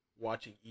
watching